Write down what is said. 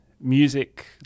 music